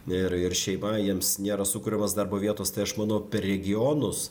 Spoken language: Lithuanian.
ir ir šeima jiems nėra sukuriamos darbo vietos tai aš manau per regionus